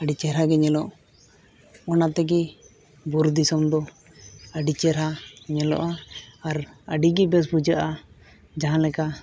ᱟᱹᱰᱤ ᱪᱮᱦᱨᱟ ᱜᱮ ᱧᱮᱞᱚᱜ ᱚᱱᱟ ᱛᱮᱜᱮ ᱵᱩᱨᱩ ᱫᱤᱥᱚᱢᱫᱚ ᱟᱹᱰᱤ ᱪᱮᱦᱨᱟ ᱧᱮᱞᱚᱜᱼᱟ ᱟᱨ ᱟᱹᱰᱤᱜᱮ ᱵᱮᱥ ᱵᱩᱡᱷᱟᱹᱜᱼᱟ ᱡᱟᱦᱟᱸᱞᱮᱠᱟ